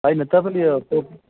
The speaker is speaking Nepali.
होइन तपाईँले यो